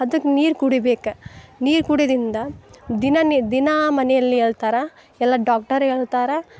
ಅದಕ್ಕೆ ನೀರು ಕುಡಿಬೇಕು ನೀರು ಕುಡಿದಿಂದ ದಿನನಿ ದಿನ ಮನೆಯಲ್ಲಿ ಅಳ್ತಾರೆ ಎಲ್ಲ ಡಾಕ್ಟರ್ ಹೇಳ್ತಾರ